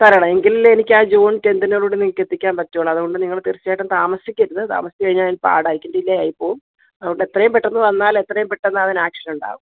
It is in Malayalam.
തരണം എങ്കിലല്ലേ എനിക്കത് ജൂൺ ടെൻത്തിനോടുകൂടി നിങ്ങൾക്ക് എത്തിക്കാൻ പറ്റൂളളൂ അതുകൊണ്ട് നിങ്ങൾ തീർച്ചയായിട്ടും താമസിക്കരുത് താമസിച്ചുകഴിഞ്ഞാൽ പാടായിരിക്കും ഡിലേ ആയിപ്പോവും അതുകൊണ്ട് എത്രയു പെട്ടെന്ന് വന്നാൽ എത്രയും പെട്ടെന്നതിന് ആക്ഷൻ ഉണ്ടാകും